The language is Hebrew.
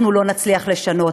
אנחנו לא נצליח לשנות.